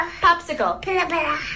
Popsicle